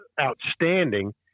outstanding